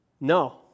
No